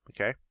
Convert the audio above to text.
Okay